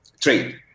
trade